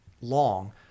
long